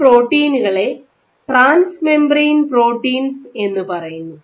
ഈ പ്രോട്ടീനുകളെ transmembrane proteins എന്നു പറയുന്നു